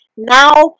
now